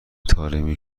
طارمی